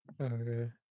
Okay